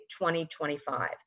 2025